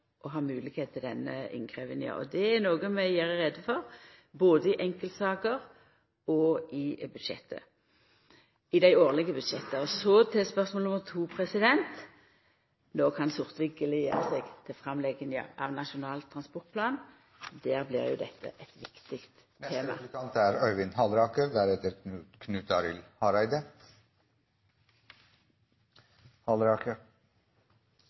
å ha moglegheit til denne innkrevjinga. Det er noko vi gjer greie for både i enkeltsaker og i dei årlege budsjetta. Så til spørsmål nr. 2. No kan Sortevik gleda seg til framlegginga av Nasjonal transportplan. Der blir dette eit viktig